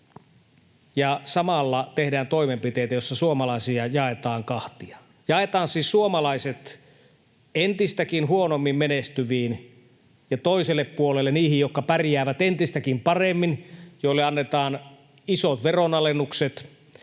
ja samalla tehdään toimenpiteitä, joissa suomalaisia jaetaan kahtia, jaetaan siis suomalaiset entistäkin huonommin menestyviin ja toiselle puolelle niihin, jotka pärjäävät entistäkin paremmin, joille annetaan isot veronalennukset.